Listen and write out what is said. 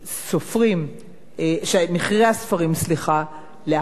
שמחירי הספרים לאחר קבלת החוק,